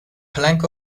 plank